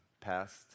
past